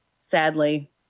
sadly